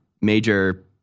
major